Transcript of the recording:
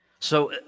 so,